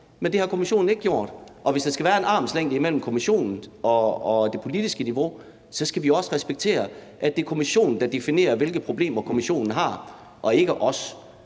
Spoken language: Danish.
men det har kommissionen ikke gjort. Hvis der skal være en armslængde imellem kommissionen og det politiske niveau, skal vi også respektere, at det er kommissionen og ikke os, der definerer, hvilke problemer kommissionen har, og derfor